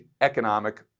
economic